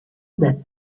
that